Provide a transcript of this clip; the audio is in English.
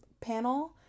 panel